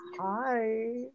Hi